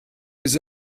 his